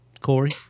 Corey